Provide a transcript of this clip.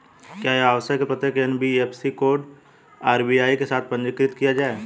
क्या यह आवश्यक है कि प्रत्येक एन.बी.एफ.सी को आर.बी.आई के साथ पंजीकृत किया जाए?